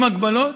עם הגבלות.